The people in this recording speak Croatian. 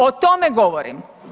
O tome govorim.